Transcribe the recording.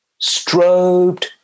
Strobed